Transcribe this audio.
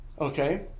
okay